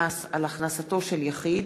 המטופלים בדיאליזה),